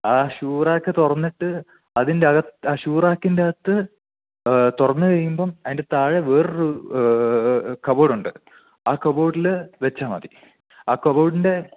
ആ shoe rack തുറന്നിട്ട് അതിൻ്റെ ആ ഷൂ റാക്കിൻ്റെകത്ത് തുറന്ന് കഴിയുമ്പം അതിൻ്റെ താഴെ വേറൊരു കബോഡുണ്ട് ആ കബോഡിൽ വെച്ചാൽ മതി ആ കബോഡിൻ്റെ